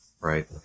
Right